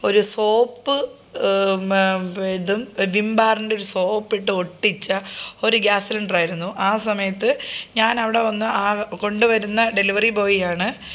ഒരു സോപ്പ് ഇതും വിം ബാറിൻറ്റൊരു സോപ്പിട്ട് ഒട്ടിച്ച ഒരു ഗ്യാസ് സിലിണ്ടറായിരുന്നു ആ സമയത്ത് ഞാൻ അവിടെ വന്ന് ആ കൊണ്ടുവരുന്ന ഡെലിവറി ബോയിയാണ്